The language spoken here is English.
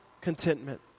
contentment